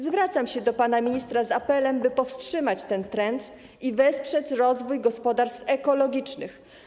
Zwracam się do pana ministra z apelem, by powstrzymać ten trend i wesprzeć rozwój gospodarstw ekologicznych.